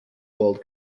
world